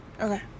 Okay